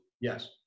Yes